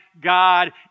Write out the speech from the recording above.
God